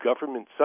government